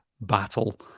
battle